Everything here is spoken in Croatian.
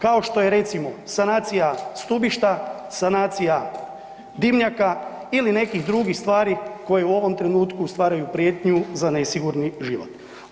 Kao što je recimo sanacija stubišta, sanacija dimnjaka ili nekih drugih stvari koje u ovom trenutku stvaraju prijetnju za nesigurni život.